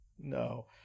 no